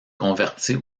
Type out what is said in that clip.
convertie